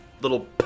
little